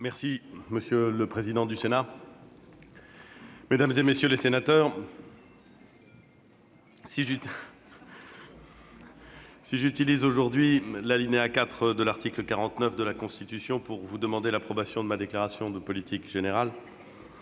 Monsieur le président du Sénat, mesdames, messieurs les sénateurs, si j'utilise aujourd'hui l'alinéa 4 de l'article 49 de la Constitution pour vous demander l'approbation de ma déclaration de politique générale,